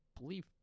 believe